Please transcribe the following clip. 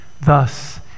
thus